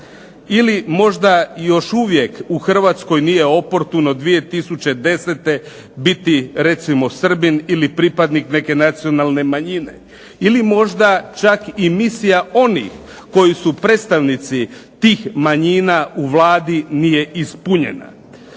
ili možda još uvijek u Hrvatskoj nije oportuno 2010. biti recimo Srbin ili pripadnik neke nacionalne manjine ili možda čak i misija onih koji su predstavnici tih manjina u Vladi nije ispunjena.